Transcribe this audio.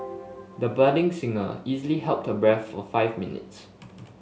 the budding singer easily held her breath for five minutes